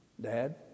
Dad